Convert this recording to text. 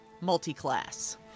multi-class